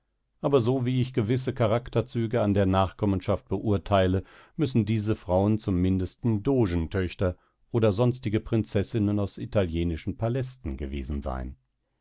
aber so wie ich gewisse charakterzüge an der nachkommenschaft beurteile müssen diese frauen zum mindesten dogentöchter oder sonstige prinzessinnen aus italienischen palästen gewesen sein